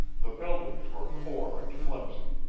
the buildings were poor and flimsy,